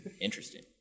interesting